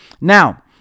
Now